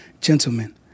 Gentlemen